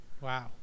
wow